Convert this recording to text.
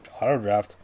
autodraft